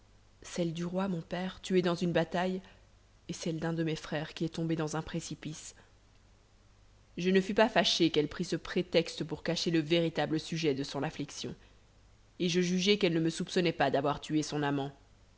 celle du roi mon père tué dans une bataille et celle d'un de mes frères qui est tombé dans un précipice je ne fus pas fâché qu'elle prît ce prétexte pour cacher le véritable sujet de son affliction et je jugeai qu'elle ne me soupçonnait pas d'avoir tué son amant